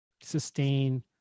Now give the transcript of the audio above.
sustain